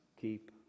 keep